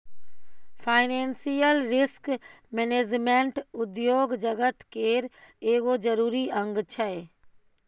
financial risk management उद्योग जगत केर एगो जरूरी अंग छै